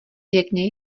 pěkně